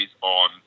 on